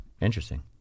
Interesting